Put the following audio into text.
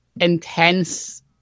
intense